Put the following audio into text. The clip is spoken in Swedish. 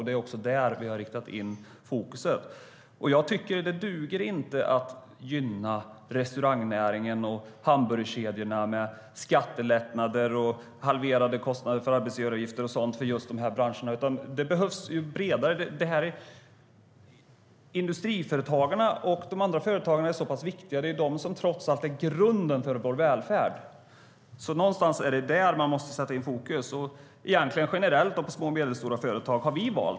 Det är också där vi har riktat in fokus. Industriföretagarna och de andra företagarna är viktiga. Det är trots allt de som är grunden för vår välfärd. Någonstans där är det man måste sätta fokus - egentligen på små och medelstora företag generellt.